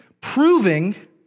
proving